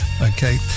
Okay